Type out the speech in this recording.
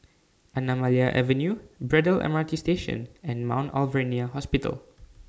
Anamalai Avenue Braddell M R T Station and Mount Alvernia Hospital